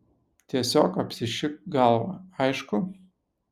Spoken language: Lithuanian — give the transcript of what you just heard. tiesiog apsišik galvą aišku